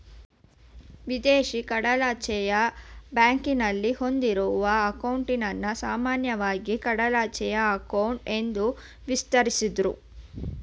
ವಿದೇಶಿ ಕಡಲಾಚೆಯ ಬ್ಯಾಂಕ್ನಲ್ಲಿ ಹೊಂದಿರುವ ಅಂಕೌಟನ್ನ ಸಾಮಾನ್ಯವಾಗಿ ಕಡಲಾಚೆಯ ಅಂಕೌಟ್ ಎಂದು ವಿವರಿಸುದ್ರು